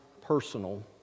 personal